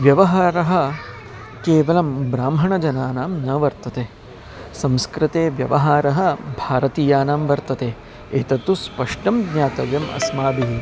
व्यवहारः केवलं ब्राह्मणजनानां न वर्तते संस्कृते व्यवहारः भारतीयानां वर्तते एतत्तु स्पष्टं ज्ञातव्यम् अस्माभिः